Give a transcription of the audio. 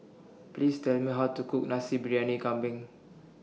Please Tell Me How to Cook Nasi Briyani Kambing